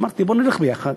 אמרתי: בואו נלך ביחד,